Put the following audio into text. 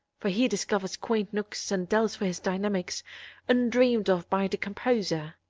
for he discovers quaint nooks and dells for his dynamics undreamed of by the composer.